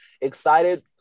excited